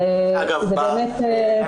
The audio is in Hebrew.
זה באמת, זה החיים.